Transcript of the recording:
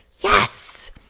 Yes